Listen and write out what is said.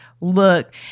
look